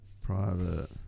private